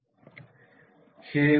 उत्तर येथे पाहूया